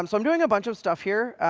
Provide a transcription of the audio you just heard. um i'm doing a bunch of stuff here,